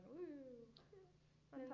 Woo